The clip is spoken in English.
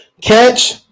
catch